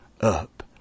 up